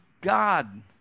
God